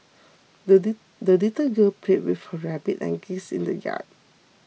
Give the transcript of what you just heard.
the the little girl played with her rabbit and geese in the yard